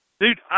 Dude